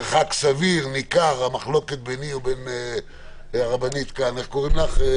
מרחק סביר/ניכר המחלוקת ביני לבין הרבנית לילך,